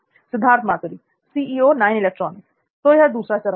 सिद्धार्थ मातुरी तो यह दूसरा चरण हुआ